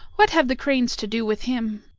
what have the cranes to do with him?